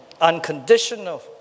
unconditional